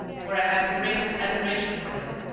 for i have the greatest admiration for him.